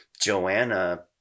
Joanna